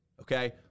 okay